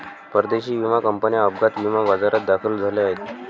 परदेशी विमा कंपन्या अपघात विमा बाजारात दाखल झाल्या आहेत